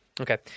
Okay